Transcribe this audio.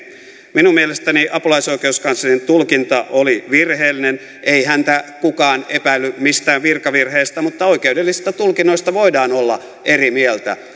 minun mielestäni apulaisoikeuskanslerin tulkinta oli virheellinen ei häntä kukaan epäillyt mistään virkavirheestä mutta oikeudellisista tulkinnoista voidaan olla eri mieltä